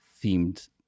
themed